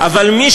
אבל מי